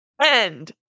End